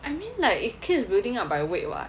I mean like it keeps building up by weight [what]